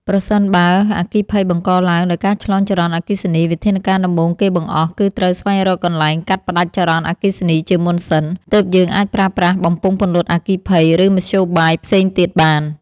ប្រសិនបើអគ្គីភ័យបង្កឡើងដោយការឆ្លងចរន្តអគ្គិសនី វិធានការដំបូងគេបង្អស់គឺត្រូវស្វែងរកកន្លែងកាត់ផ្ដាច់ចរន្តអគ្គិសនីជាមុនសិន ទើបយើងអាចប្រើប្រាស់បំពង់ពន្លត់អគ្គីភ័យ ឬមធ្យោបាយផ្សេងទៀតបាន។